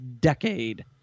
decade